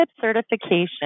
certification